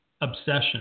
obsession